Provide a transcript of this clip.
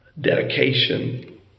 dedication